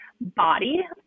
body